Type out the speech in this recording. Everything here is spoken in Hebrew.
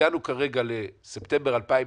הגענו כרגע לספטמבר 2020,